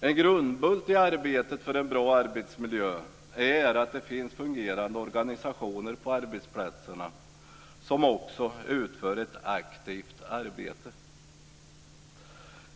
En grundbult i arbetet för en bra arbetsmiljö är att det finns fungerande organisationer på arbetsplatserna som också utför ett aktivt arbete.